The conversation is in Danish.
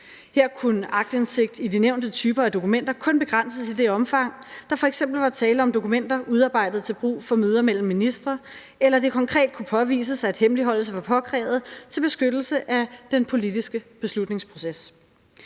Her kunne aktindsigt i de nævnte typer af dokumenter kun begrænses i det omfang, der f.eks. var tale om dokumenter udarbejdet til brug for møder mellem ministre, eller når det konkret kunne påvises, at hemmeligholdelse var påkrævet til beskyttelse af den politiske beslutningsproces.